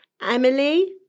Emily